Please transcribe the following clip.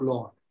Lord